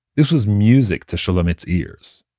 this was music to shulamit's ears.